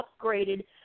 upgraded